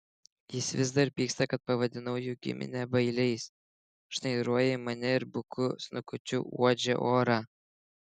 jis vis dar pyksta kad pavadinau jų giminę bailiais šnairuoja į mane ir buku snukučiu uodžia orą